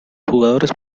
jugadores